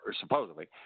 supposedly